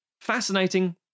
fascinating